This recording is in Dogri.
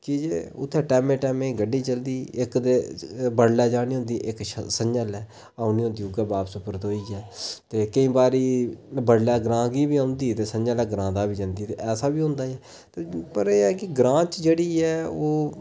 की जे उत्थें टैमें टैमें दी गड्डी चलदी इक्क ते बडलै जानी होंदी ते इक्क ते संञै लेऔनी होंदी उ'ऐ बापस परतोइयै केईं बारी बडलै ग्रांऽ गी बी औंदी ते संञै लै ग्राएं बी औंदी ऐसा बी होंदा ऐ पर एह् ग्रांऽ च जेह्ड़ी ऐ ओह्